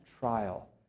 trial